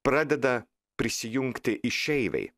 pradeda prisijungti išeiviai